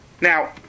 Now